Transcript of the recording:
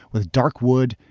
with dark wood,